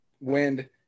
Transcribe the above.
wind